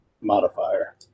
modifier